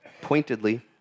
pointedly